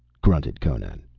grunted conan.